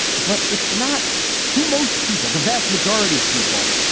but it's not to most people, the vast majority of people.